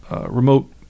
remote